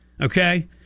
okay